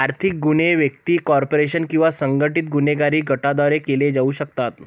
आर्थिक गुन्हे व्यक्ती, कॉर्पोरेशन किंवा संघटित गुन्हेगारी गटांद्वारे केले जाऊ शकतात